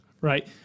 right